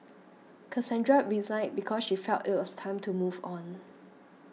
Cassandra resigned because she felt it was time to move on